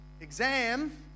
exam